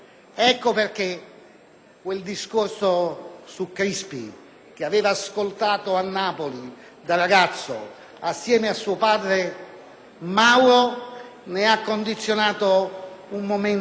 quel discorso su Crispi che aveva ascoltato a Napoli da ragazzo insieme a suo padre Mauro ne ha condizionato un momento altissimo